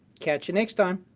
catch you next time!